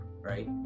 right